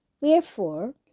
Wherefore